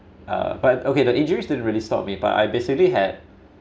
uh but okay the injuries didn't really stop me but I basically had